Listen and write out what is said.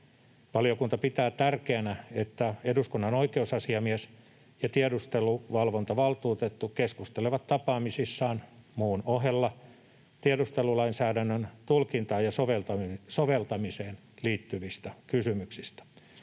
Valiokunta pitää tärkeänä, että eduskunnan oikeusasiamies ja tiedusteluvalvontavaltuutettu keskustelevat tapaamisissaan muun ohella tiedustelulainsäädännön tulkintaan ja soveltamiseen liittyvistä kysymyksistä.